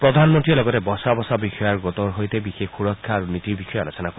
প্ৰধানমন্ত্ৰীয়ে লগতে বচা বচা বিষয়াৰ গোটৰ সৈতে বিশেষ সুৰক্ষা আৰু নীতিৰ বিষয়ে আলোচনা কৰে